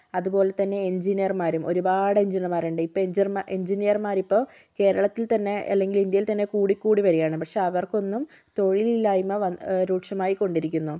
അതുപോലെത്തന്നെ എഞ്ചിനീയർമാരും ഒരുപാട് എഞ്ചിനീയർമാരുണ്ട് ഇപ്പോൾ എഞ്ചിനീർ എൻജിനീയർമാരിപ്പോൾ കേരളത്തിൽ തന്നെ അല്ലെങ്കിൽ ഇന്ത്യയിൽ തന്നെ കൂടിക്കൂടി വരികയാണ് പക്ഷേ അവർക്കൊന്നും തൊഴിലില്ലായ്മ വ രൂക്ഷമായിക്കൊണ്ടിരിക്കുന്നു